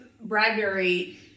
Bradbury